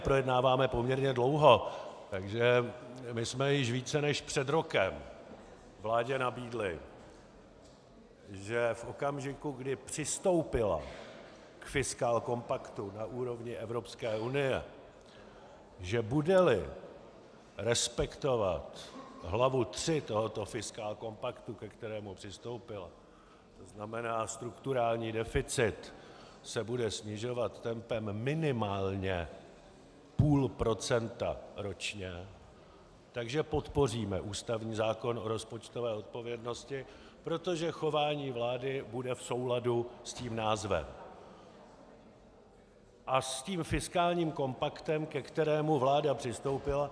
Projednáváme to také poměrně dlouho, takže my jsme již více než před rokem vládě nabídli, že v okamžiku, kdy přistoupila k fiskálkompaktu na úrovni Evropské unie, že budeli respektovat hlavu tři tohoto fiskálkompaktu, ke kterému přistoupila, to znamená, strukturální deficit se bude snižovat tempem minimálně půl procenta ročně, tak podpoříme ústavní zákon o rozpočtové odpovědnosti, protože chování vlády bude v souladu s tím názvem a s tím fiskálním kompaktem, ke kterému vláda přistoupila.